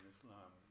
Islam